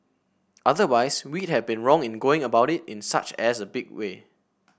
otherwise we have been wrong in going about it in such as big way